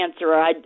answer